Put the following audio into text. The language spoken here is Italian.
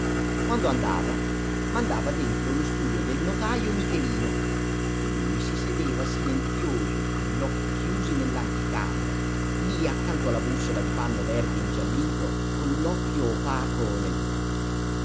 quando andava mandava dentro lo studio del notajo michelino e lui si sedeva silenzioso e con gli occhi chiusi nell'anticamera lì accanto alla bussola di panno verde ingiallito con l'occhio opaco nel mezzo